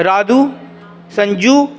Radhu Sanju